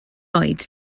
oed